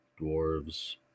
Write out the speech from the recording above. dwarves